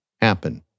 happen